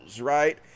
right